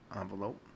envelope